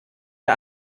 der